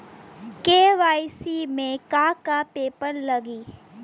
KYC में का का पेपर लगी?